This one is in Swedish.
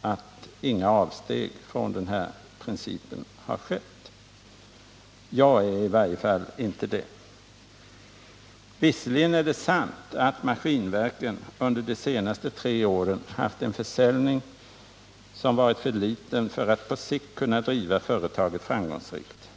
att inga avsteg från den principen har gjorts. Jag är i varje fall inte det. Visserligen är det sant att Maskinverken under de tre senaste åren haft en försäljning som varit för liten för att man på sikt skulle kunna driva företaget framgångsrikt.